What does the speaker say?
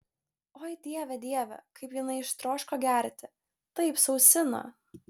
oi dieve dieve kaip jinai ištroško gerti taip sausina